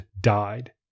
died